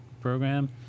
program